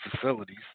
facilities